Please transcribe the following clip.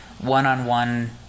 one-on-one